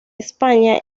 españa